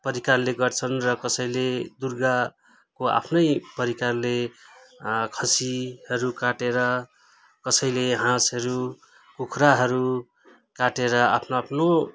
प्रकारले गर्छन् र कसैले दुर्गाको आफ्नै प्रकारले खसीहरू काटेर कसैले हाँसहरू कुखुराहरू काटेर आफ्नो आफ्नो